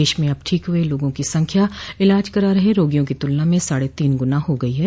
देश में अब ठीक हुए लोगों की संख्या इलाज करा रहे रोगियों की तुलना में साढ़े तीन गुना हो गयी है